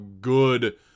good